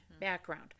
background